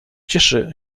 cieszy